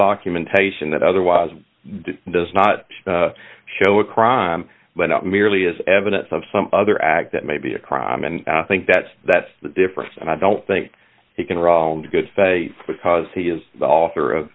documentation that otherwise does not show a crime but not merely as evidence of some other act that may be a crime and i think that's that's the difference and i don't think he can run a good faith because he is the author of